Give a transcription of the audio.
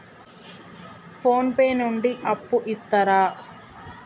Phone pay నుండి అప్పు ఇత్తరా?